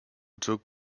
took